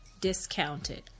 discounted